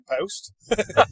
post